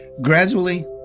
Gradually